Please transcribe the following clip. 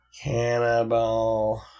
Cannibal